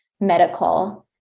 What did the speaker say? medical